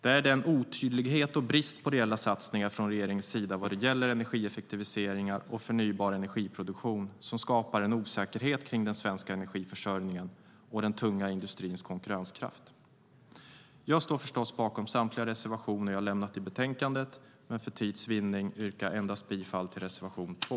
Det är otydligheten och bristen på reella satsningar från regeringens sida vad gäller energieffektiviseringar och förnybar energiproduktion som skapar en osäkerhet kring den svenska energiförsörjningen och den tunga industrins konkurrenskraft. Jag står förstås bakom samtliga reservationer som jag lämnat, men för tids vinnande yrkar jag endast bifall till reservation 2.